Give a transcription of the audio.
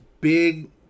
big